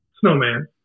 snowman